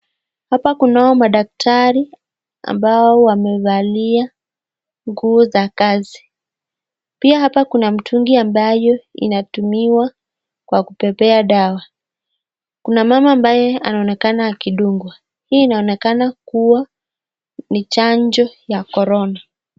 Hapa kunao madaktari ambao wamevalia nguo za kazi. Pia hapa kuna mtungi ambayo inatumiwa kwa kubebea dawa. Kuna mama ambaye anaonekana nakidungwa. Hii inaonekana kuwa ni chanjo ya korona.